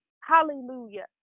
Hallelujah